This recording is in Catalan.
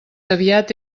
aviat